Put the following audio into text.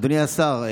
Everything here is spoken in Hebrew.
אדוני השר,